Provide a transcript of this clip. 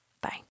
Bye